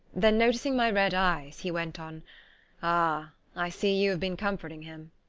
then noticing my red eyes, he went on ah, i see you have been comforting him.